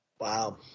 wow